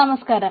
നമസ്കാരം